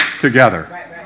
together